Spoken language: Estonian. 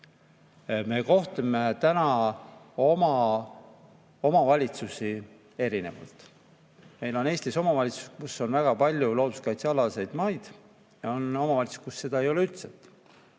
Me kohtleme täna oma omavalitsusi erinevalt. Meil on Eestis omavalitsusi, kus on väga palju looduskaitsealuseid maid, on omavalitsusi, kus neid ei ole üldse.